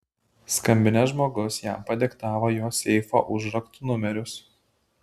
skambinęs žmogus jam padiktavo jo seifų užraktų numerius